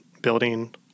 building